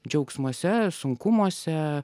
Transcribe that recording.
džiaugsmuose sunkumuose